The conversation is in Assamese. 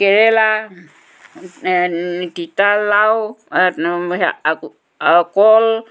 কেৰেলা তিতা লাউ আকৌ কল